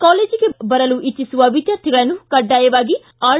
ಕಾಲೇಜಿಗೆ ಬರಲು ಇಚ್ಚಿಸುವ ವಿದ್ಯಾರ್ಥಿಗಳನ್ನು ಕಡ್ಡಾಯವಾಗಿ ಆರ್